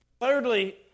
thirdly